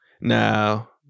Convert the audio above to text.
Now